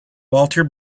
walter